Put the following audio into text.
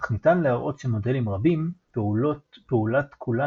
אך ניתן להראות שמודלים רבים - פעולת כולן